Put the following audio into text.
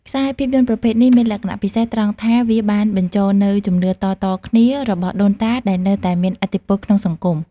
ខ្សែភាពយន្តប្រភេទនេះមានលក្ខណៈពិសេសត្រង់ថាវាបានបញ្ចូលនូវជំនឿតៗគ្នារបស់ដូនតាដែលនៅតែមានឥទ្ធិពលក្នុងសង្គម។